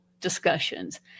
discussions